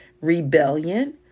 rebellion